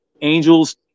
angels